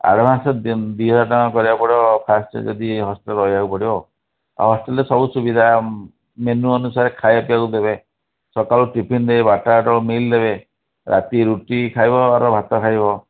advance ଦୁଇ ହଜାର ଟଙ୍କା କରିବାକୁ ପଡ଼ିବ ଫାଷ୍ଟ୍ ଯଦି ହଷ୍ଟେଲ୍ରେ ରହିବାକୁ ପଡ଼ିବ ଆଉ ହଷ୍ଟେଲ୍ରେ ସବୁ ସୁବିଧା ମେନୁ ଅନୁସାରେ ଖାଇବା ପିଇଆକୁ ଦେବେ ସକାଳୁ ଟିଫିନ୍ ଦେବେ ବାରଟାରେ ମିଲ୍ ଦେବେ ରାତିରେ ରୁଟି ଖାଇବ ଅଉ ଭାତ ଖାଇବ